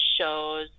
shows